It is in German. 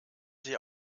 sie